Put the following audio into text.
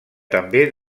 també